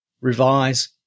revise